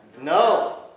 No